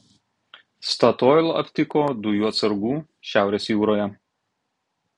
statoil aptiko dujų atsargų šiaurės jūroje